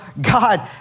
God